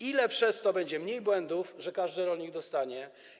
Ile przez to będzie mniej błędów, że każdy rolnik to dostanie?